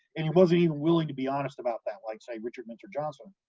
and he wasn't even willing to be honest about that like say, richard mentor johnson,